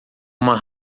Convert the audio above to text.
uma